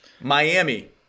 Miami